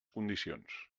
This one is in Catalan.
condicions